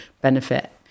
benefit